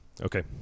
okay